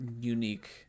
unique